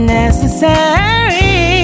necessary